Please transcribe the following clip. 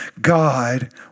God